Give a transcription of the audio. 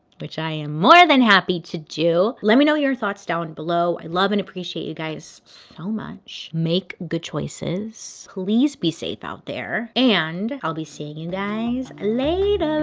which i am more than happy to do. let me know your thoughts down below. i love and appreciate you guys so much. make good choices. please be safe out there. and i'll be seeing you guys later.